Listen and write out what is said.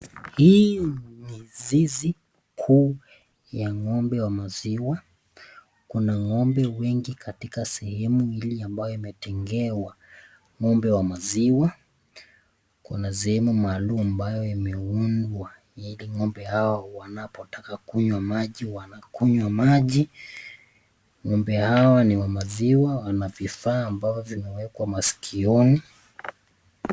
Hii ni zizi kuu ya ng'ombe wa maziwa. Kuna ng'ombe wengi katika sehemu hili ambayo imetengewa ng'ombe wa maziwa. Kuna sehemu maalum ambayo imeundwa ili ng'ombe hawa wanapotaka kunywa maji wanakunywa maji. Ng'ombe hawa ni wa maziwa wana vifaa ambavyo vinawekwa masikioni.